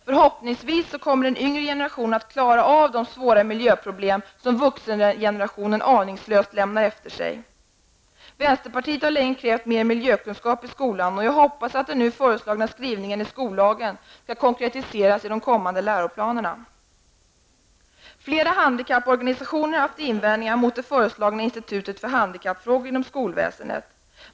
Förhoppningsvis kommer den yngre generationen att klara av de svåra miljöproblem som vuxengenerationen aningslöst lämnar efter sig. Vänsterpartiet har länge krävt mer miljökunskap i skolan, och jag hyser goda förhoppningar om att den nu föreslagna skrivningen i skollagen skall konkretiseras i de kommande läroplanerna. Flera handikapporganisationer har haft invändningar mot det föreslagna institutet för handikappfrågor inom skolväsendet.